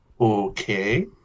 Okay